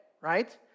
right